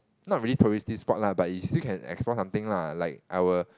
not really touristy spot lah but you still can explore something lah like our